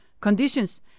conditions